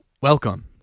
Welcome